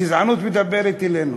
הגזענות מדברת אלינו.